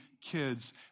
kids